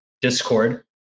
Discord